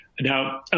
Now